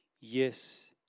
yes